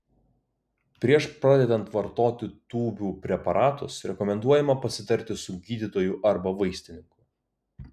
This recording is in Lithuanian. prieš pradedant vartoti tūbių preparatus rekomenduojama pasitarti su gydytoju arba vaistininku